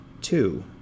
Two